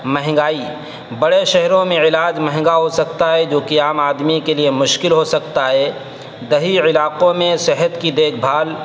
مہنگائی بڑے شہروں میں علاج مہنگا ہو سکتا ہے جو کہ عام آدمی کے لیے مشکل ہو سکتا ہے دیہی علاقوں میں صحت کی دیکھ بھال